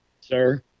sir